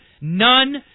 none